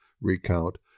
recount